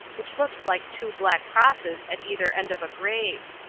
which looked like two black crosses at either end of a grave.